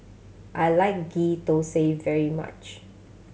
I like Ghee Thosai very much